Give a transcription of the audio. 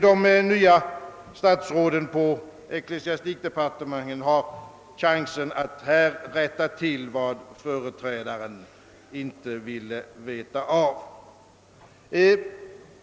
De nya statsråden i ecklesiastikdepartementet har chansen att här rätta till vad företrädaren inte ville veta av.